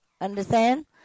understand